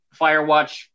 Firewatch